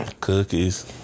cookies